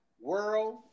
World